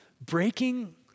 breaking